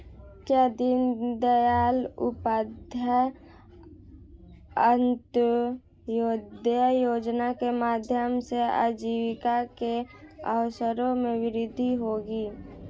क्या दीन दयाल उपाध्याय अंत्योदय योजना के माध्यम से आजीविका के अवसरों में वृद्धि होगी?